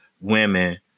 women